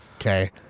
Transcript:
Okay